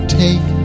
take